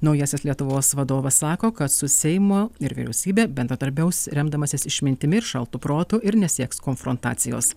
naujasis lietuvos vadovas sako kad su seimo ir vyriausybe bendradarbiaus remdamasis išmintimi ir šaltu protu ir nesieks konfrontacijos